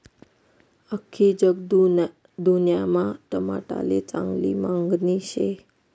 आख्खी जगदुन्यामा टमाटाले चांगली मांगनी शे